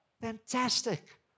Fantastic